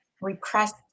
repressed